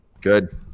good